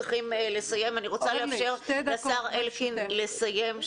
צריכים לסיים ואני רוצה לאפשר לשר אלקין לסיים.